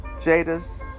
Jada's